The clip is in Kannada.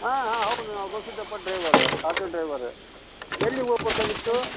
ಹಾಂ ಹಾಂ ಹೌದು ನಾವು ಗವಿಸಿದ್ದಪ್ಪ ಡ್ರೈವರು ಆಟೋ ಡ್ರೈವರು ಎಲ್ಲಿಗೆ ಹೋಗ್ಬೇಕಾಗಿತ್ತು